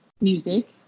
music